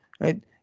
right